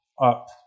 up